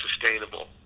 sustainable